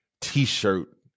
t-shirt